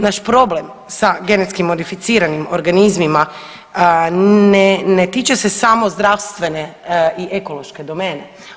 Naš problem sa genetski modificiranim organizmima ne, ne tiče se samo zdravstvene i ekološke domene.